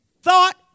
Thought